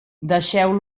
deixeu